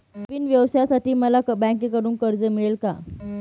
नवीन व्यवसायासाठी मला बँकेकडून कर्ज मिळेल का?